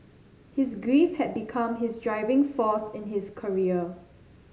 his grief had become his driving force in his career